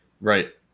right